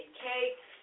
cakes